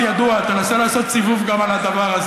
תנסה לעשות גם על הגב, תתבייש לך.